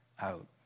out